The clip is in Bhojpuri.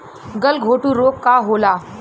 गलघोटू रोग का होला?